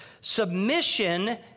Submission